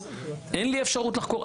אין לי אפשרות לחקור,